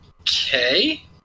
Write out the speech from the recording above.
Okay